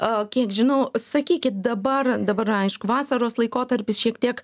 aaa kiek žinau sakykit dabar dabar aišku vasaros laikotarpis šiek tiek